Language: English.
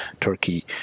Turkey